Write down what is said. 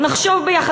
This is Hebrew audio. נחשוב ביחד,